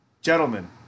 gentlemen